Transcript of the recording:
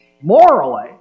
morally